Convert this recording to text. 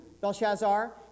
Belshazzar